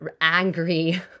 angry